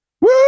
Woo